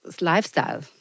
lifestyle